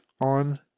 on